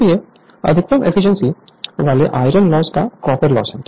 इसलिए अधिकतम efficiency efficiency वाले आयरन लॉस पर कॉपर लॉस है